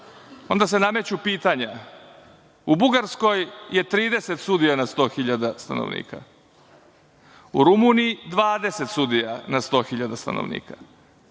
onda se nameću pitanja.U Bugarskoj je 30 sudija na 100 hiljada stanovnika. U Rumuniji 20 sudija na 100 hiljada stanovnika.